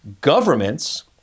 governments